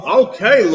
okay